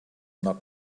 not